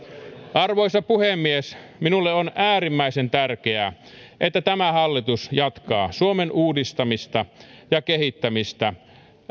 arvoisa puhemies minulle on äärimmäisen tärkeää että tämä hallitus jatkaa suomen uudistamista ja kehittämistä